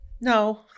no